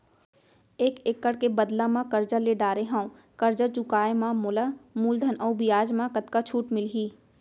एक एक्कड़ के बदला म करजा ले डारे हव, करजा चुकाए म मोला मूलधन अऊ बियाज म कतका छूट मिलही?